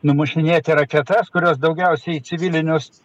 numušinėti raketas kurios daugiausiai civilinius